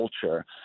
culture